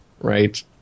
Right